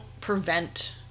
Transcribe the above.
prevent